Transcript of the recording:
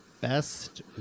best